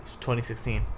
2016